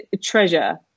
treasure